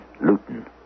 Luton